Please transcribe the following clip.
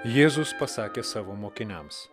jėzus pasakė savo mokiniams